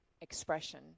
expression